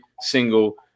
single